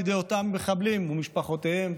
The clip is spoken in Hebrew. מידי אותם מחבלים ומשפחותיהם,